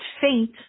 faint